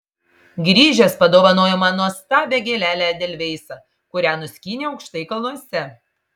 grįžęs padovanojo man nuostabią gėlelę edelveisą kurią nuskynė aukštai kalnuose